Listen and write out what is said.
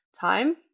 Time